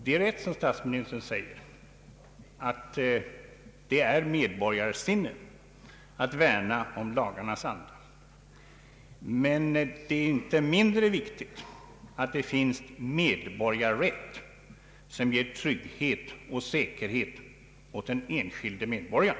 Det är rätt som statsministern säger att det är medborgarsinne att värna om lagarnas anda, men det är inte mindre viktigt att vi har en medborgarrätt som ger trygghet och säkerhet åt den enskilde medborgaren.